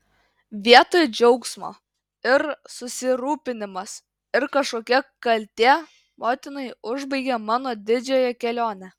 vietoj džiaugsmo ir susirūpinimas ir kažkokia kaltė motinai užbaigė mano didžiąją kelionę